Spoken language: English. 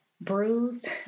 bruised